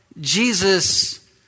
Jesus